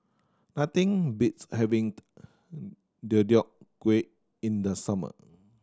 nothing beats having Deodeok Gui in the summer